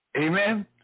Amen